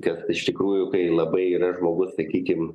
kad iš tikrųjų kai labai yra žmogus sakykim